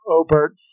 obert